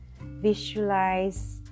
visualize